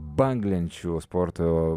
banglenčių sporto